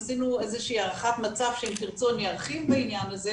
עשינו הערכת מצב שאם תרצו ארחיב עליה,